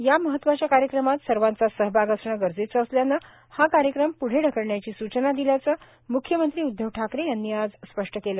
या महत्वाच्या कार्यक्रमात सर्वांचा सहभाग असणं गरजेचं असल्यानं हा कार्यक्रम पुढे ढकलण्याची सूचना दिल्याचं मुख्यमंत्री उद्धव ठाकरे यांनी आज स्पष्ट केलं